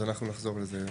אז אנחנו נחזור לזה.